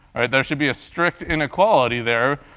or there should be a strict inequality there,